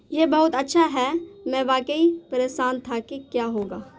یہ بہت اچھا ہے میں واقعی پریشان تھا کہ کیا ہوگا